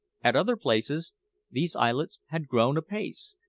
at other places these islets had grown apace,